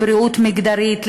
לבריאות מגדרית,